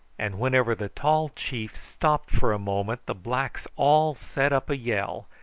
and whenever the tall chief stopped for a moment the blacks all set up a yell,